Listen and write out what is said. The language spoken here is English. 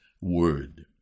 word